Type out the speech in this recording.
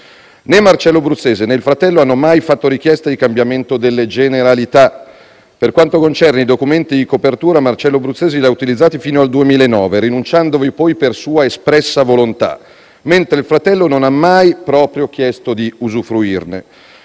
Né Marcello Bruzzese, né il fratello, hanno mai fatto richiesta di cambiamento delle generalità. Per quanto concerne i documenti di copertura, Marcello Bruzzese li ha utilizzati fino al 2009, rinunciandovi poi per sua espressa volontà, mentre il fratello non ha mai chiesto di usufruirne.